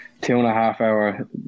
two-and-a-half-hour